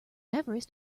everest